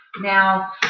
Now